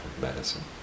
medicine